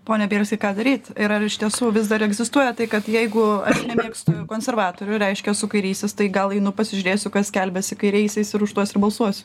pone bielski ką daryt ir ar iš tiesų vis dar egzistuoja tai kad jeigu aš nemėgstu konservatorių reiškia esu kairysis tai gal einu pasižiūrėsiu kas skelbiasi kairiaisiais ir už tuos ir balsuos